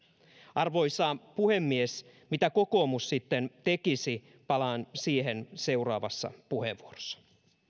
arvoisa puhemies mitä kokoomus sitten tekisi palaan siihen seuraavassa puheenvuorossa